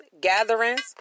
gatherings